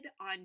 on